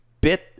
bit